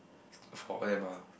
for them ah